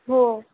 हो